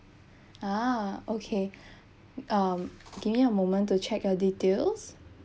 ah okay um give me a moment to check your details